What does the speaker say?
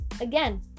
again